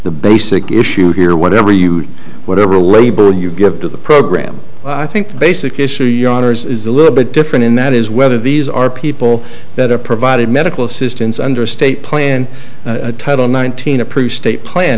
the basic issue here whatever you whatever label you give to the program i think the basic issue yonder is a little bit different in that is whether these are people that are provided medical assistance under state plan title nineteen approved state plan